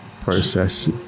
process